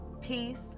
peace